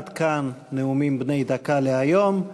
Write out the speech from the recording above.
עד כאן נאומים בני דקה להיום.